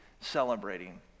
celebrating